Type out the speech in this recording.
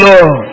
Lord